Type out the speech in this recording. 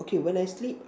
okay when I sleep